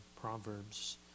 Proverbs